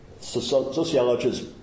sociologist